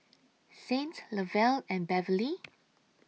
Saint Lovell and Beverley